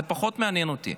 זה פחות מעניין אותי.